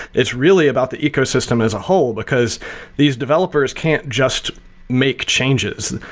it's really about the ecosystem as a whole, because these developers can't just make changes.